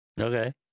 Okay